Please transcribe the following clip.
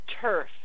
turf